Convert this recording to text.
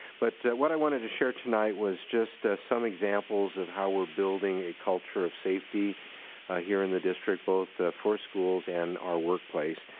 but what i wanted to share tonight was just some examples of how we're building a culture of safety here in the district, both for schools and our workplace.